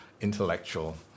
intellectual